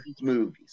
movies